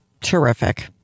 Terrific